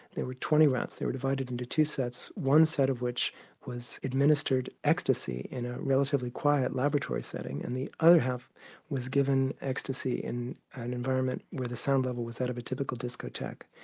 there were twenty rats, they were divided into two sets, one set of which was administered ecstasy in a relatively quiet laboratory setting, and the other half was given ecstasy in an environment where the sound level was that of a typical discotheque.